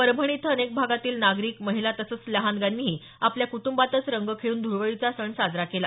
परभणी इथं अनेक भागातील नागरिक महिला तसंच लहानग्यांनीही आपल्या क्ट्रबातच रंग खेळून धुळवडीचा सण साजरा केला